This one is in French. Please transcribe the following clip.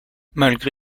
malgré